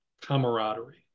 camaraderie